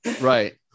right